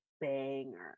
banger